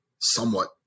somewhat